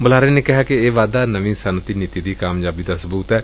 ਬੁਲਾਰੇ ਨੇ ਕਿਹਾ ਕਿ ਇਹ ਵਾਧਾ ਨਵੀਂ ਸੱਨਅਤੀ ਨੀਤੀ ਦੀ ਕਾਮਯਾਬੀ ਦਾ ਸਬੁਤ ਏ